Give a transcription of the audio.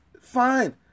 fine